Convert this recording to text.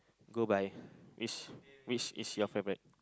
go by which which is your favorite